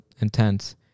intense